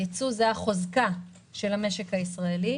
הייצוא זה החוזקה של המשק הישראלי.